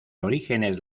orígenes